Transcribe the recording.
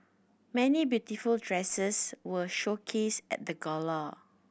many beautiful dresses were showcased the gala